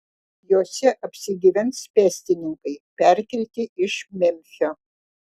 jose apsigyvens pėstininkai perkelti iš memfio